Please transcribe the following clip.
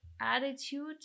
attitude